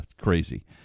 Crazy